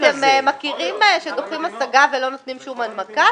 אתם מכירים שדוחים השגה ולא נותנים שום הנמקה?